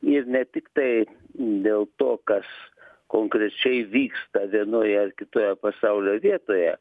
ir ne tiktai dėl to kas konkrečiai vyksta vienoje ar kitoje pasaulio vietoje